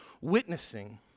witnessing